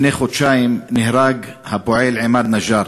לפני חודשיים נהרג הפועל עימאד נג'אר.